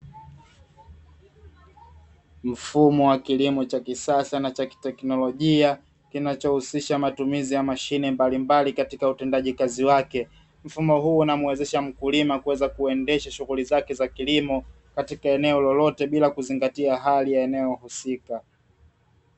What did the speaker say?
Mfumo wa kilimo cha kisasa na cha kiteknolojia kinachohusisha matumizi ya mashine mbalimbali katika utendaji kazi wake, mfumo huu unamuwezesha mkulima kuweza kuendesha shughuli zake za kilimo katika eneo lolote bila kuzingatia hali ya eneo husika.